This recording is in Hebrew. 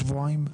שבועיים?